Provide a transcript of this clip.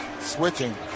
switching